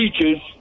teachers